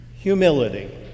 Humility